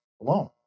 alone